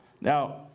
Now